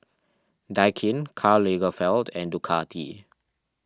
Daikin Karl Lagerfeld and Ducati